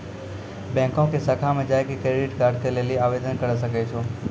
बैंको के शाखा मे जाय के क्रेडिट कार्ड के लेली आवेदन करे सकै छो